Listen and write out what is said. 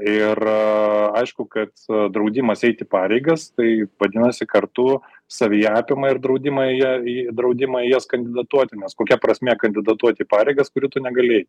ir aišku kad draudimas eiti pareigas tai vadinasi kartu savyje apima ir draudimą ją draudimą į jas kandidatuoti nes kokia prasmė kandidatuoti į pareigas kurių tu negali eiti